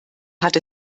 hat